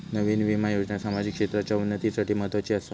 नयीन विमा योजना सामाजिक क्षेत्राच्या उन्नतीसाठी म्हत्वाची आसा